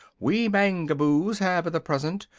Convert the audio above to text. we mangaboos have, at the present